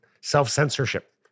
self-censorship